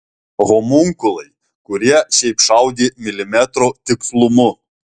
homunkulai kurie šiaip šaudė milimetro tikslumu